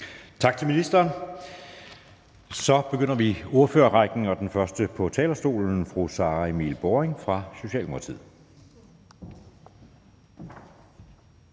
Tak til ministeren. Så begynder vi ordførerrækken, og den første på talerstolen er fru Sara Emil Baaring fra Socialdemokratiet.